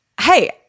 hey